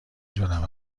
شدم